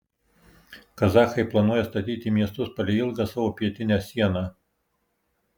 kazachai planuoja statyti miestus palei ilgą savo pietinę sieną